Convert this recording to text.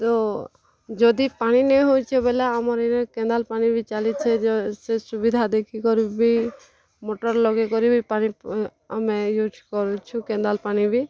ତ ଯଦି ପାଣି ନାଇଁ ହଉଛେ ବୋଲେ ଆମର୍ ଏନେ କେନାଲ୍ ପାଣି ବି ଚାଲିଛେ ଯେ ସେ ସୁବିଧା ଦେଖିକରି ବି ମଟର୍ ଲଗେଇ କରି ପାଣି ଆମେ ୟୁଜ୍ କରୁଛୁଁ କେନାଲ୍ ପାଣି ବି